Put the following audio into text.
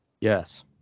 yes